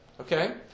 Okay